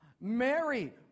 Mary